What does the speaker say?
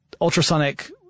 ultrasonic